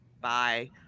bye